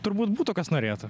turbūt būtų kas norėtų